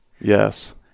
Yes